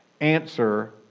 Answer